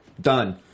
Done